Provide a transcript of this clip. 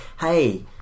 hey